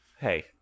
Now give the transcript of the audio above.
Hey